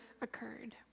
occurred